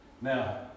Now